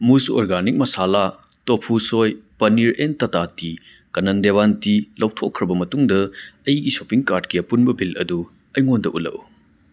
ꯃꯨꯁ organic masala tofu soy paneer and Tata tea Kanan Devan tea ꯂꯧꯊꯣꯛꯈ꯭ꯔꯕ ꯃꯇꯨꯡꯗ ꯑꯩꯒꯤ ꯁꯣꯞꯄꯤꯡ ꯀꯥꯔ꯭ꯗꯀꯤ ꯑꯄꯨꯟꯕ ꯕꯤꯜ ꯑꯗꯨ ꯑꯩꯉꯣꯟꯗ ꯎꯠꯂꯛꯎ